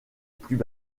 pluie